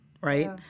right